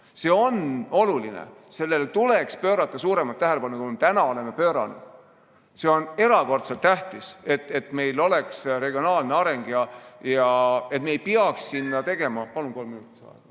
See on oluline, sellele tuleks pöörata suuremat tähelepanu, kui me oleme pööranud. See on erakordselt tähtis, et meil oleks regionaalne areng ja et me ei peaks sinna tegema ... Palun kolm minutit.